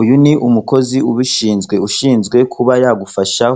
Uyu ni umukozi ubishinzwe ushinzwe kuba yagufasha